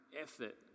effort